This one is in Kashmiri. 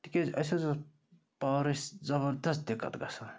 تِکیٛازِ اَسہِ حظ اوس پاورٕس زَبَردَست دِقت گژھان